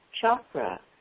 Chakra